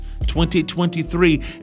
2023